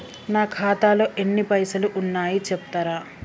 నా ఖాతాలో ఎన్ని పైసలు ఉన్నాయి చెప్తరా?